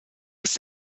ist